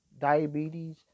diabetes